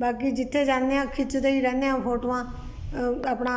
ਬਾਕੀ ਜਿੱਥੇ ਜਾਂਦੇ ਹਾਂ ਖਿੱਚਦੇ ਈ ਰਹਿੰਦੇ ਹਾਂ ਫੋਟੋਆਂ ਆਪਣਾ